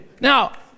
Now